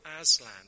Aslan